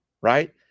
Right